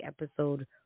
episode